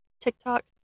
TikTok